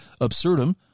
absurdum